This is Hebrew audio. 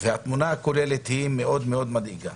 התמונה הכוללת היא מאוד מאוד מדאיגה.